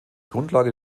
grundlage